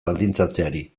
baldintzatzeari